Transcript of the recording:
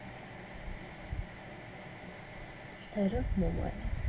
saddest moment